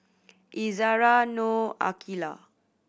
Izzara Noh Aqilah